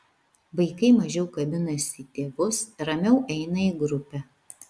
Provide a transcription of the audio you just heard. vaikai mažiau kabinasi į tėvus ramiau eina į grupę